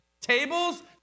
tables